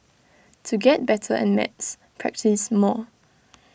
to get better at maths practise more